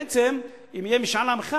בעצם אם יהיה משאל עם אחד,